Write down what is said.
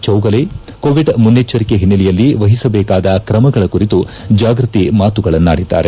Chougale Covid ಮುನೈಚ್ನರಿಕೆ ಹಿನ್ನಲೆಯಲ್ಲಿ ವಹಿಸಬೇಕಾದ ಕಮಗಳ ಕುರಿತು ಜಾಗೃತಿ ಮಾತುಗಳನ್ನಾಡಿದ್ದಾರೆ